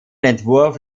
entwurf